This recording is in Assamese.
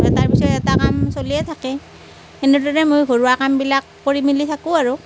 এটাৰ পিছত এটা কাম চলিয়েই থাকে সেনেদৰেই মই ঘৰুৱা কামবিলাক কৰি মেলি থাকোঁ আৰু